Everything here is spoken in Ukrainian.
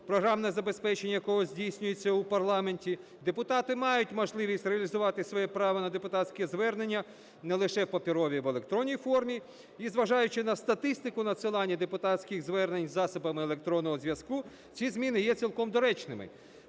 програмне забезпечення якого здійснюється в парламенті, депутати мають можливість реалізувати своє право на депутатське звернення не лише в паперовій, а і в електронній формі. І, зважаючи на статистику надсилання депутатських звернень засобами електронного зв'язку, ці зміни є цілком доречними.